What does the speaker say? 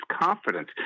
confidence